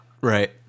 Right